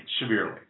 severely